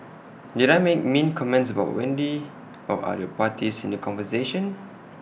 did I make mean comments about Wendy or other parties in the conversation